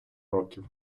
років